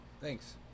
Thanks